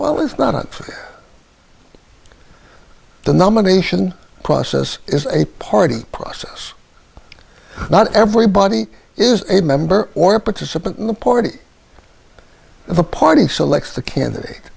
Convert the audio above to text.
well it's not the nomination process is a party process not everybody is a member or a participant in the party the party selects the candidate